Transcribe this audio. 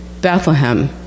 Bethlehem